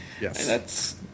Yes